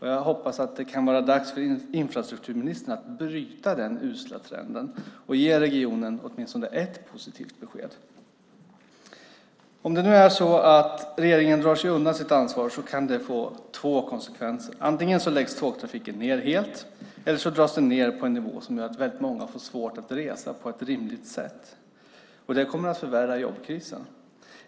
Jag hoppas att det kan vara dags för infrastrukturministern att bryta den usla trenden och ge regionen åtminstone ett positivt besked. Om regeringen drar sig undan sitt ansvar kan det få två konsekvenser. Antingen läggs tågtrafiken ned helt eller så dras den ned på en nivå som gör att väldigt många får svårt att resa på ett rimligt sätt. Det kommer att förvärra jobbkrisen.